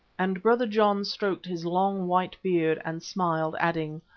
and brother john stroked his long, white beard and smiled, adding,